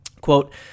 Quote